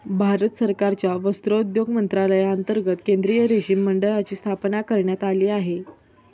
भारत सरकारच्या वस्त्रोद्योग मंत्रालयांतर्गत केंद्रीय रेशीम मंडळाची स्थापना करण्यात आली आहे